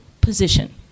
position